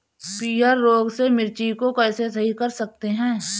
पीहर रोग से मिर्ची को कैसे सही कर सकते हैं?